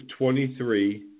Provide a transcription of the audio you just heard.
23